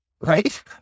right